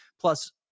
plus